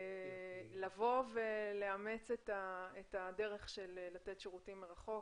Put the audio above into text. לבוא ולאמץ את הדרך של מתן שירותים מרחוק.